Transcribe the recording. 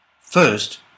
First